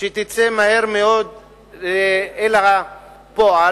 תצא מהר מאוד אל הפועל